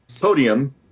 podium